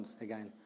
again